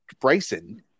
bryson